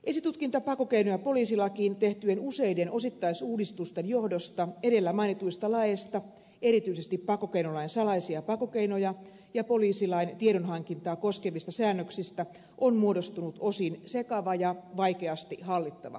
esitutkinta pakkokeino ja poliisilakiin tehtyjen useiden osittaisuudistusten johdosta edellä mainituista laista erityisesti pakkokeinolain salaisia pakkokeinoja ja poliisilain tiedonhankintaa koskevista säännöksistä on muodostunut osin sekava ja vaikeasti hallittava kokonaisuus